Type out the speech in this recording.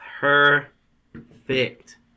Perfect